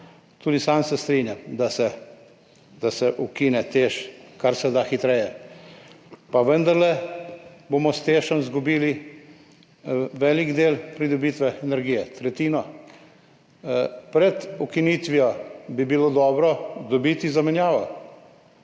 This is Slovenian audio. Tudi sam se strinjam, da se ukine TEŠ karseda hitro, pa vendarle bomo s TEŠ izgubili velik del pridobitve energije, tretjino. Pred ukinitvijo bi bilo dobro dobiti zamenjavo.